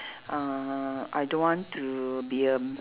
uh I don't want to be a m~